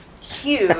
huge